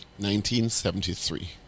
1973